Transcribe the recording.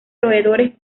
roedores